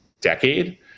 decade